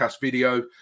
video